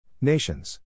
Nations